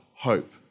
hope